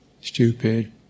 stupid